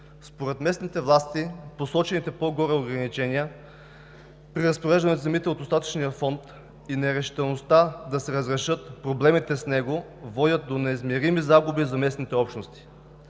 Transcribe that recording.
Според местните власти посочените по-горе ограничения при разпореждането на земите от „остатъчния фонд“ и нерешителността да се разрешат проблемите с него водят до неизмерими загуби за местните общности